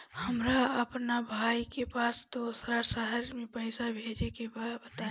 हमरा अपना भाई के पास दोसरा शहर में पइसा भेजे के बा बताई?